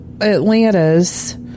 atlanta's